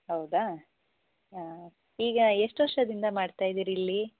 ಹೌದಾ ಹಾಂ ಈಗ ಎಷ್ಟು ವರ್ಷದಿಂದ ಮಾಡ್ತಾ ಇದ್ದೀರಿಲ್ಲಿ